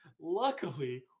Luckily